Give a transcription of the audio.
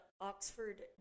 Oxford